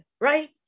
right